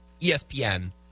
ESPN